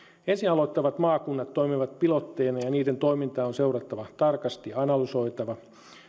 aloittavat maakunnat toimivat pilotteina ja niiden toimintaa on seurattava tarkasti ja analysoitava